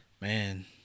man